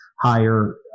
higher